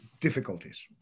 difficulties